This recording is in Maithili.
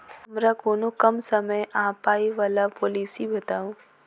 हमरा कोनो कम समय आ पाई वला पोलिसी बताई?